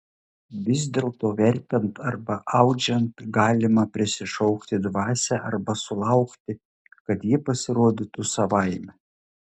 vis dėlto verpiant arba audžiant galima prisišaukti dvasią arba sulaukti kad ji pasirodytų savaime